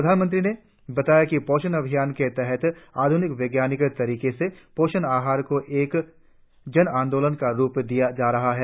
प्रधानमंत्री ने बताया कि पोषण अभियान के तहत आधुनिक वैज्ञानिक तरीकों से पोषण आहार को एक जन आंदोलन का रुप दिया जा रहा है